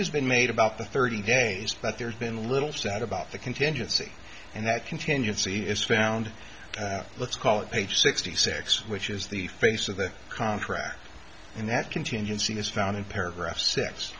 has been made about the thirty days but there's been a little sad about the contingency and that contingency is found let's call it page sixty six which is the face of the contract in that contingency is found in paragraph s